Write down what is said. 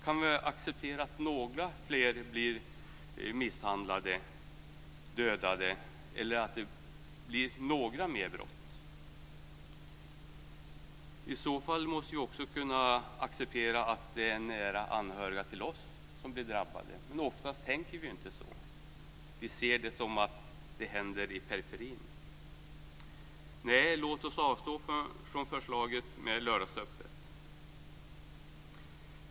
Kan vi acceptera att några fler blir misshandlade och dödade eller att det blir några fler brott? I så fall måste vi också kunna acceptera att det är nära anhöriga till oss som blir drabbade. Men oftast tänker vi inte så, utan vi ser det så att det händer i periferin. Låt oss avstå från förslaget om lördagsöppet!